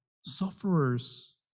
sufferers